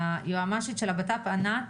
ענת,